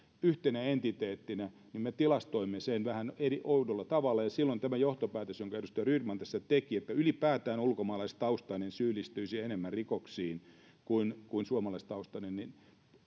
yhtenä entiteettinä että me tilastoimme sen vähän oudolla tavalla silloin tämä johtopäätös jonka edustaja rydman tässä teki että ylipäätään ulkomaalaistaustainen syyllistyisi enemmän rikoksiin kuin kuin suomalaistaustainen